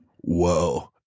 whoa